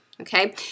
Okay